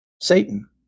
Satan